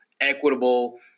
equitable